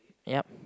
yup